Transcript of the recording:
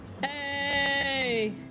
Hey